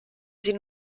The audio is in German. sie